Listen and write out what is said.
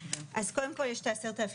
אז קודם כל יש את ה-10,700.